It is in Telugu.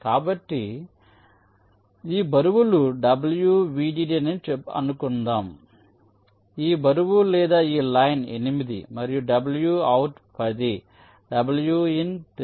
కాబట్టి నమో ఈ బరువును w vdd అని చెప్పుకుందాం ఈ బరువు లేదా ఈ లైన్ 8 మరియు w అవుట్ 10 w in 3 మరియు గ్రౌండ్ కూడా 3